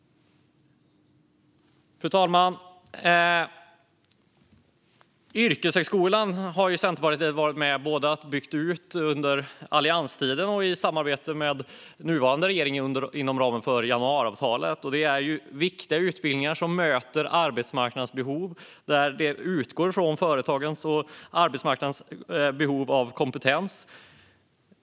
Fru talman! Yrkeshögskolan har Centerpartiet varit med och byggt ut både under allianstiden och i samarbete med den nuvarande regeringen inom ramen för januariavtalet. Det är viktiga utbildningar som möter arbetsmarknadens behov och utgår från företagen och från arbetsmarknadens behov av kompetens.